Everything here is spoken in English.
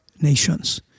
nations